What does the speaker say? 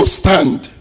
stand